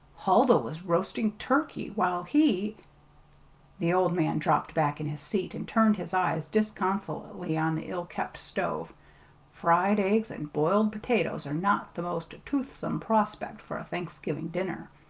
huldah was roasting turkey, while he the old man dropped back in his seat and turned his eyes disconsolately on the ill-kept stove fried eggs and boiled potatoes are not the most toothsome prospect for a thanksgiving dinner,